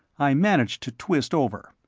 i managed to twist over.